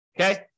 Okay